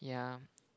ya